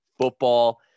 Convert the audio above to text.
football